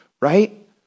Right